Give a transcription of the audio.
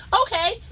okay